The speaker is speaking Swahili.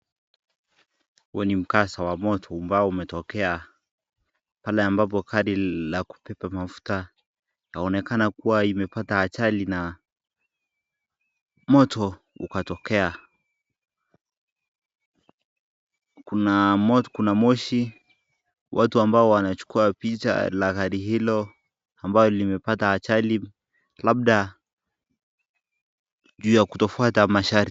Huo ni mkasa wa moto ambao umetokea , pale ambako gari la kubeba mafuta inaonekana kuwa imepata ajali na moto ukatokea , kuna mot... Kuna moshi , watu ambao wanachukuwa picha la gari hilo ambalo limepata ajali labda juu ya kutofwata masharti.